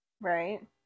Right